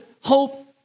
hope